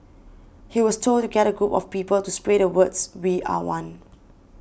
he was told to get a group of people to spray the words we are one